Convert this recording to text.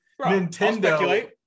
Nintendo